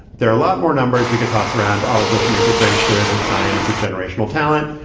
there are a lot more numbers we could toss around. all of which make it very clear that zion is a generational talent.